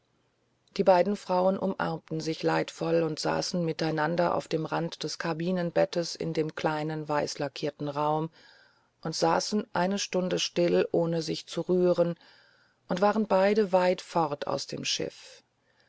die beiden frauen umarmten sich leidvoll und saßen miteinander auf dem rand des kabinenbettes in dem kleinen weißlackierten raum und saßen eine stunde still ohne sich zu rühren und waren beide weit fort aus dem schiff